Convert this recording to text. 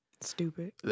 Stupid